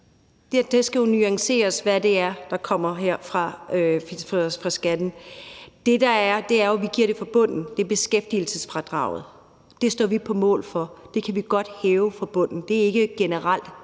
Det skal nuanceres, hvad det er, der skal komme af skattelettelser. Det, der er sagen, er jo, at vi giver det fra bunden, nemlig via beskæftigelsesfradraget. Det står vi på mål for, det kan vi godt hæve fra bunden. Det er ikke noget